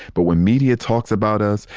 but when media talks about us,